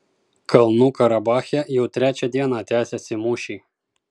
kalnų karabache jau trečią dieną tęsiasi mūšiai